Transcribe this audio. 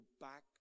back